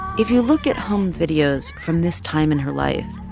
if you look at home videos from this time in her life,